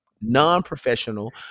non-professional